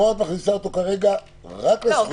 פה את מכניסה אותו כרגע רק לזכויות.